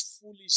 foolish